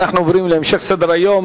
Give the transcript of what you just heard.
אנחנו עוברים להמשך סדר-היום,